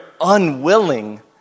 unwilling